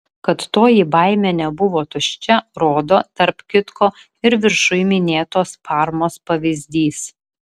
kad toji baimė nebuvo tuščia rodo tarp kitko ir viršuj minėtos parmos pavyzdys